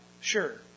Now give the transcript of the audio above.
Sure